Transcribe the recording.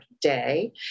Day